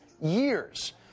years